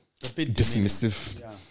dismissive